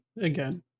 Again